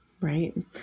Right